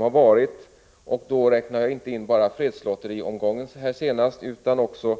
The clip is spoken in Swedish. Jag räknar då inte bara in den senaste fredslotteriomgången utan också